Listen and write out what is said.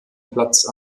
platz